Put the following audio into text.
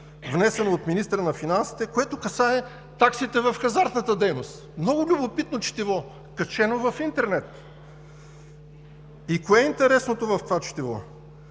внесено от министъра на финансите и прието, което касае таксите в хазартната дейност. Много любопитно четиво, качено в интернет! И кое е интересното в това четиво?